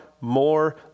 more